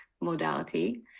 modality